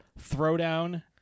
Throwdown